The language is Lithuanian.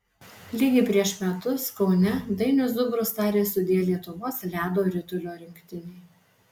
lygiai prieš metus kaune dainius zubrus tarė sudie lietuvos ledo ritulio rinktinei